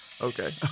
okay